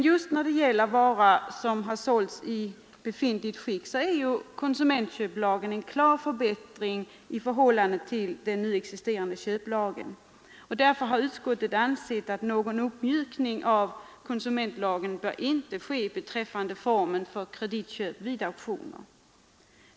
Just när det gäller varor som sålts i befintligt skick innebär konsumentköplagen en klar förbättring i förhållande till den nu existerande köplagens bestämmelser. Utskottet har ansett att någon uppmjukning av konsumentköplagen inte bör ske beträffande formen för kreditköp vid auktioner.